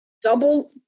double